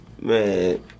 man